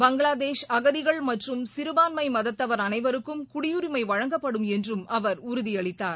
பங்களாதேஷ்அகதிகள் மற்றும் சிறுபான்மை மதத்தவர் அனைவருக்கும் குடியுரிமை வழங்கப்படும் என்றும் அவர் உறுதியளித்தார்